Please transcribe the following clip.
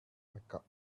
mecca